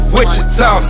Wichita